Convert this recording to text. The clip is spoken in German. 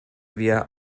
wir